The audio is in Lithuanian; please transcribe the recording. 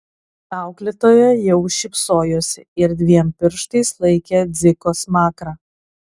auklėtoja jau šypsojosi ir dviem pirštais laikė dziko smakrą